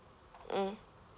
mm